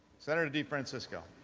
senator defrancisco.